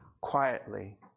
quietly